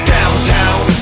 Downtown